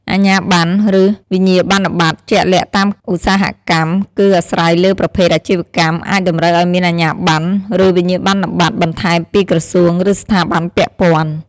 អាជ្ញាប័ណ្ណ ឬវិញ្ញាបនបត្រជាក់លាក់តាមឧស្សាហកម្ម គឺអាស្រ័យលើប្រភេទអាជីវកម្ម អាចតម្រូវឱ្យមានអាជ្ញាប័ណ្ណ ឬវិញ្ញាបនបត្របន្ថែមពីក្រសួង ឬស្ថាប័នពាក់ព័ន្ធ។